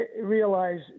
realize